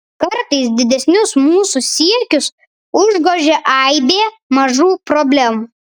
kartais didesnius mūsų siekius užgožia aibė mažų problemų